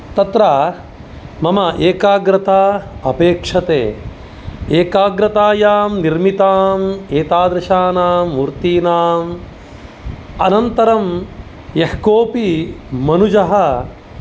तत्र मम एकाग्रता अपेक्षते एकाग्रतायां निर्मिताम् एतादृशानां मूर्तीनाम् अनन्तरं यः कोऽपि मनुजः